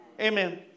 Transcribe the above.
Amen